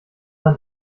man